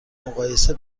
مقایسه